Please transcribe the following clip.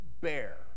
bear